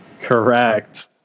Correct